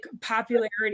popularity